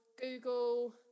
google